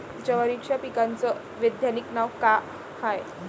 जवारीच्या पिकाचं वैधानिक नाव का हाये?